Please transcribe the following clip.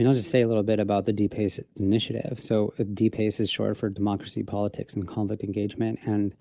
you know just say a little bit about the dpace initiative. so ah dpace is short for democracy, politics, and conflict engagement. and